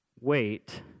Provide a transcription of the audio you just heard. Wait